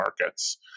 markets